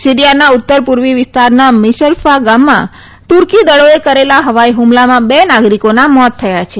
સીરીથાના ઉત્તર પૂર્વી વિસ્તારના મિશરફા ગામમાં તુર્કી દળોએ કરેલા હવાઇ હ્મલામાં બે નાગરીકોના મોત થયાં છે